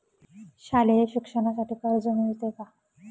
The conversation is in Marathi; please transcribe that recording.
शालेय शिक्षणासाठी कर्ज मिळते का?